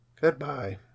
Goodbye